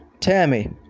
Tammy